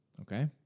okay